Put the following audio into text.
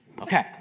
Okay